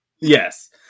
Yes